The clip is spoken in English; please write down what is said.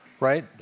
right